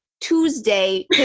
Tuesday